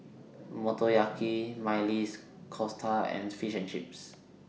Motoyaki Maili Kofta and Fish and Chips